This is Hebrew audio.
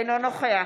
אינו נוכח